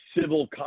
civil